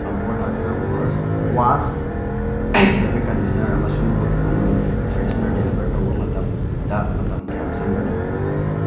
comfort after wash fabric conditioner ꯑꯃꯁꯨꯡ good home room freshener deliver ꯇꯧꯕ ꯃꯇꯝꯗ ꯃꯇꯝ ꯀꯌꯥꯝ ꯆꯪꯒꯅꯤ